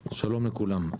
לכולם.